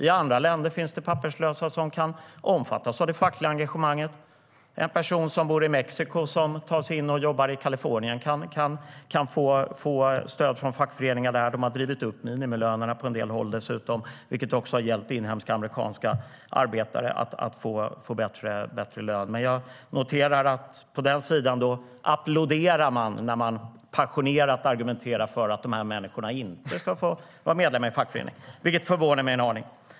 I andra länder finns papperslösa som kan omfattas av det fackliga engagemanget. En person som bor i Mexiko och tar sig in och jobbar i Kalifornien kan få stöd från fackföreningar där. De har dessutom drivit upp minimilönerna på en del håll, vilket även hjälpt inhemska amerikanska arbetare att få bättre lön. Jag noterar att man applåderar när det passionerat argumenteras för att dessa människor inte ska få vara medlemmar i en fackförening, och det förvånar mig en aning.